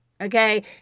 okay